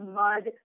mud